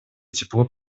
тепло